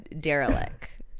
Derelict